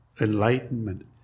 enlightenment